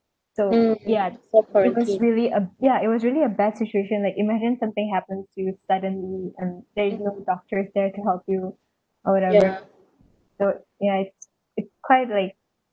so yeah it was really a yeah it was really a bad situation like imagine something happens to you suddenly and there is no doctors there to help you or whatever so yeah it's it's quite like